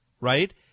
right